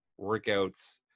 workouts